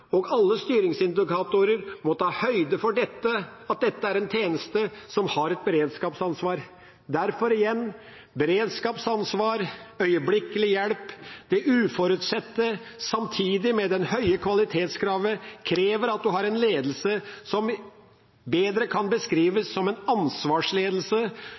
Alle styringsindikatorer må ta høyde for at dette er en tjeneste som har et beredskapsansvar. Derfor igjen: Beredskapsansvar, øyeblikkelig hjelp og det uforutsette, sammen med det høye kvalitetskravet, krever at en har en ledelse som bedre kan beskrives som en ansvarsledelse,